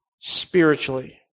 spiritually